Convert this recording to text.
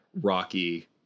rocky